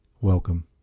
welcome